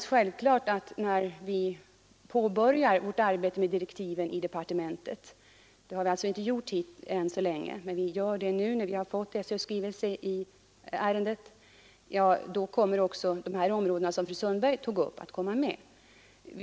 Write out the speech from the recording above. När vi i departementet påbörjar vårt arbete med direktiven till utredningen — det har vi inte gjort ännu men skall göra det när vi har fått skolöverstyrelsens skrivelse i ärendet — så kommer givetvis också de områden som fru Sundberg tog upp att tas med.